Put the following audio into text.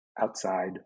outside